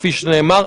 כפי שנאמר?